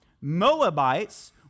Moabites